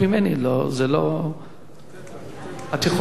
מה זה, את יכולה לעלות.